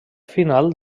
final